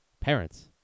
Parents